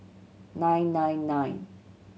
nine nine nine